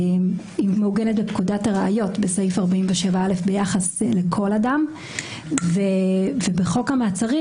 היא מעוגנת בפקודת הראיות בסעיף 47(א) ביחס לכל אדם ובחוק המעצרים